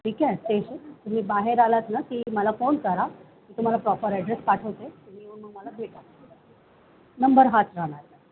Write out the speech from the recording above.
ठीक आहे स्टेशन तुम्ही बाहेर आलात ना की मला फोन करा मी तुम्हाला प्रॉपर ॲड्रेस पाठवते तुम्ही येऊन मग मला भेटा नंबर हाच राहणार